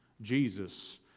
Jesus